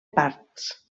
parts